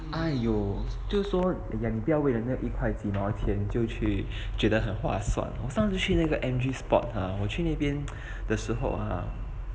!aiyo! 就是说不要为了那一块几毛钱就去觉得很划算我上次去那个 M_G sport ha 我去那边的时候啊